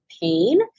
pain